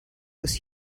was